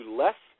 less